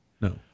No